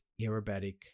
aerobatic